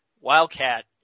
Wildcat